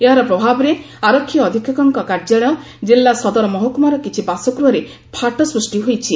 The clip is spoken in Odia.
ଏହାର ପ୍ରଭାବରେ ଆରକ୍ଷୀ ଅଧିକ୍ଷକଙ୍ କାର୍ଯ୍ୟାଳୟ ଜିଲ୍ଲା ସଦର ମହକୁମାର କିଛି ବାସଗୃହରେ ଫାଟ ସୃଷି ହୋଇଛି